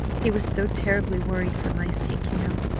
he was so terribly worried for my sake, you know.